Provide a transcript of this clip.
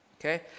Okay